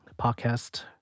podcast